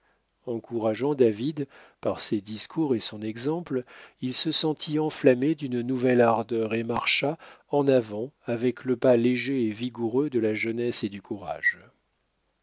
encourageant david par ses discours et son exemple il se sentit enflammé d'une nouvelle ardeur et marcha en avant avec le pas léger et vigoureux de la jeunesse et du courage